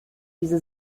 diese